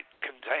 contain